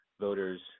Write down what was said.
voters